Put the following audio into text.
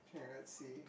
can not see